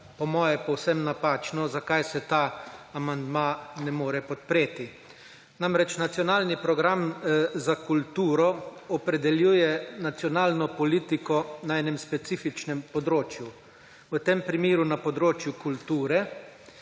po moje, povsem napačno, zakaj se ta amandma ne more podpreti. Namreč, Nacionalni program za kulturo opredeljuje nacionalno politiko na enem specifičnem področju, v tem primeru na področju kulture,